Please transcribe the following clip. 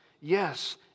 Yes